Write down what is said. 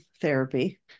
therapy